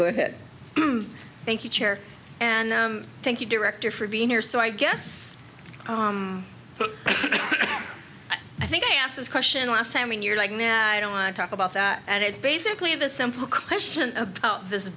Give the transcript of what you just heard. good thank you chair and thank you director for being here so i guess i think i asked this question last time when you're like now i don't want to talk about that and it's basically the simple question about